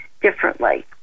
differently